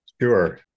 Sure